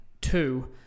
two